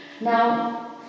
Now